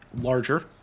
larger